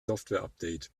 softwareupdate